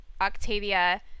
Octavia